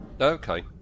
Okay